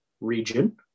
region